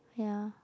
ya